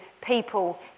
people